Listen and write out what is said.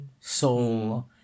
soul